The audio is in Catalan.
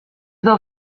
del